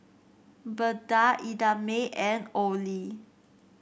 Beda Idamae and Olie